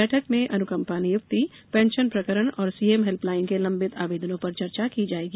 बैठक में अनुकम्पा नियुक्ति पेंशन प्रकरण और सीएम हेल्पलाइन के लंबित आवेदनों पर चर्चा की जाएगी